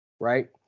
right